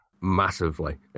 Massively